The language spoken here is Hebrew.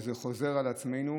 וזה חוזר על עצמו.